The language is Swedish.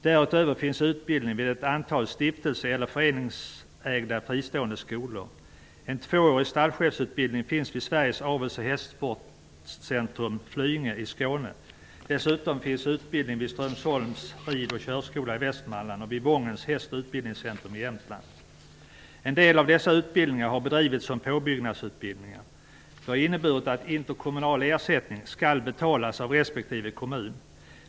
Därutöver finns utbildning vid ett antal stiftelse eller föreningsägda fristående skolor. En tvåårig stallchefsutbildning finns vid Skåne. Dessutom finns utbildning vid Strömsholms En del av dessa utbildningar bedrivs som påbyggnadsutbildningar. Det innebär att interkommunal ersättning skall betalas av respektive kommun.